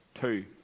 Two